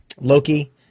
Loki